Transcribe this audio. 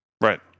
Right